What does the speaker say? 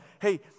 hey